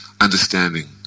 understanding